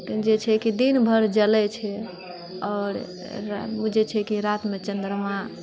कि जे छै कि दिन भर जलै छै आओर ओ जे छै कि रातमे चन्द्रमा